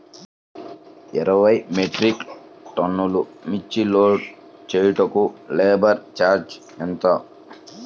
ఇరవై మెట్రిక్ టన్నులు మిర్చి లోడ్ చేయుటకు లేబర్ ఛార్జ్ ఎంత?